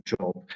job